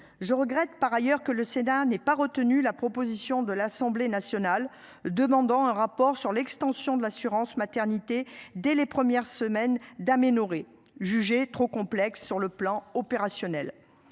je regrette par ailleurs que le Sénat n'est pas retenu la proposition de l'Assemblée nationale, demandant un rapport sur l'extension de l'assurance-maternité dès les premières semaines d'aménorrhée, jugé trop complexe sur le plan opérationnel.